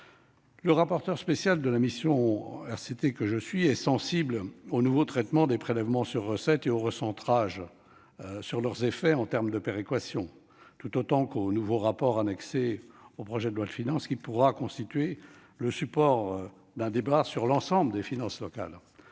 territoriales », je suis nécessairement sensible au nouveau traitement des prélèvements sur recettes et au recentrage sur leurs effets en termes de péréquation. De même, je salue le nouveau rapport annexé au projet de loi de finances, qui pourra constituer le support d'un débat sur l'ensemble des finances locales.